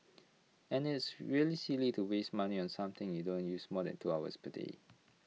and it's really silly to waste money on something you don't use more than two hours per day